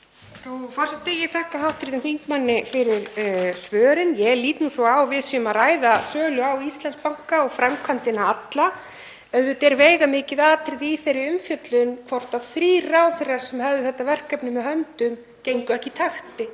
Frú forseti. Ég þakka hv. þingmanni fyrir svörin. Ég lít svo á að við séum að ræða sölu á Íslandsbanka og framkvæmdina alla. Auðvitað er veigamikið atriði í þeirri umfjöllun hvort þrír ráðherrar, sem höfðu þetta verkefni með höndum, gengu ekki í takt,